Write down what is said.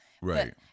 Right